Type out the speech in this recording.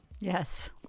Yes